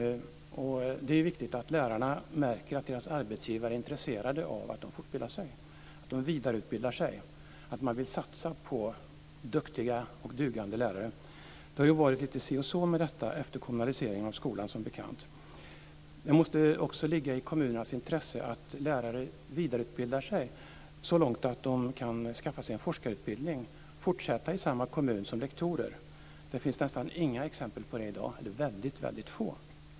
Det är viktigt att lärarna märker att deras arbetsgivare är intresserade av att de fortbildar sig, av att de vidareutbildar sig. Det är viktigt att man vill satsa på duktiga och dugande lärare. Det har ju varit lite si och så med detta efter kommunaliseringen av skolan, som bekant. Det måste också ligga i kommunernas intresse att lärare vidareutbildar sig så långt att de kan skaffa sig en forskarutbildning och fortsätta i samma kommun som lektorer. Det finns nästan inga exempel på det i dag, eller i alla fall väldigt få.